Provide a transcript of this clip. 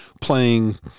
playing